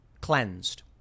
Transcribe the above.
cleansed